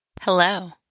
Hello